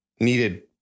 needed